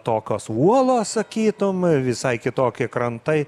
tokios uolos sakytum visai kitokie krantai